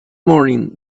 morning